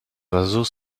oiseaux